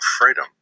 freedom